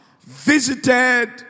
visited